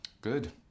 Good